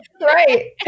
right